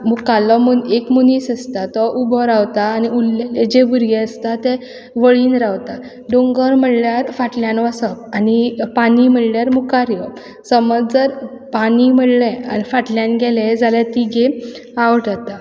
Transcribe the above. मुखारलो एक मनीस आसता तो उबो रावता आनी उरलेले जे भुरगे आसता ते वळीन रावता डोंगर म्हणल्यार फाटल्यान वसप आनी पानी म्हणल्यार मुखार येवप समज जर पानी म्हणलें आनी फाटल्यान गेले जाल्यार ती गेम आवट जाता